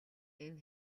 энэ